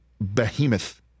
behemoth